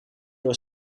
door